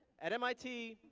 at mit,